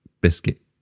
biscuit